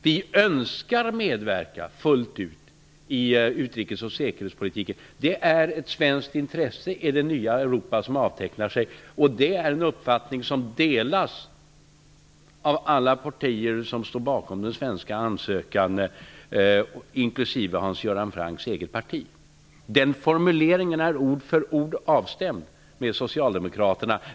Vi önskar medverka fullt ut i utrikes och säkerhetspolitiken. Det är ett svenskt intresse i det nya Europa som avtecknar sig. Det är en uppfattning som delas av alla partier som står bakom den svenska ansökan, inklusive Hans Göran Francks eget parti. Den formuleringen är ord för ord avstämd med Socialdemokraterna.